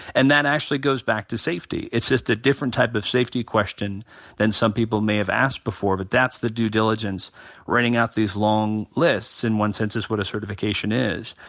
and that actually goes back to safety. it's just a different type of safety question than some people may have asked before but that's the due diligence writing out these long lists. in one sense is what a certification is.